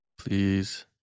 Please